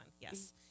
yes